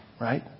right